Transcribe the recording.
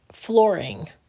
Flooring